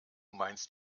meinst